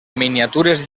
miniatures